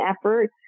effort